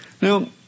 Now